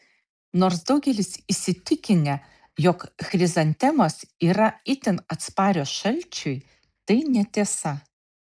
nors daugelis įsitikinę jog chrizantemos yra itin atsparios šalčiui tai netiesa